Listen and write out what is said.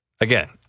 Again